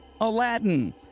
Aladdin